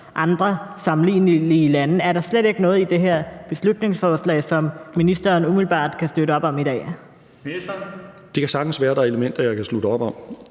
andre sammenlignelige lande. Er der slet ikke noget i det her beslutningsforslag, som ministeren umiddelbart kan støtte op om i dag? Kl. 16:16 Den fg. formand (Bent Bøgsted):